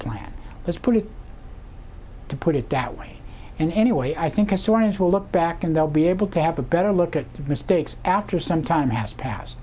plan let's put it to put it that way and anyway i think historians will look back and they'll be able to have a better look at mistakes after some time has passed